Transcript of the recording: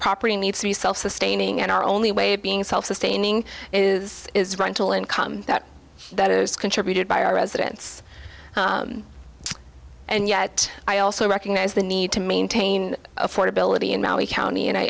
property needs to be self sustaining and our only way of being self sustaining is is rental income that is contributed by our residents and yet i also recognize the need to maintain affordability and now we county and i